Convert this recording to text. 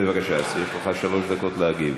בבקשה, אז יש לך שלוש דקות להגיב,